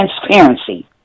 transparency